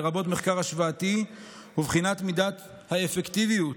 לרבות מחקר השוואתי ובחינת מידת האפקטיביות